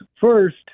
First